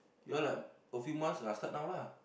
you all like a few months ah start now lah